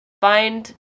find